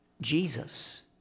Jesus